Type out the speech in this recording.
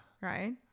right